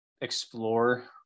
explore